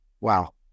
wow